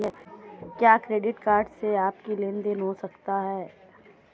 क्या credit card से आपसी लेनदेन हो सकता है?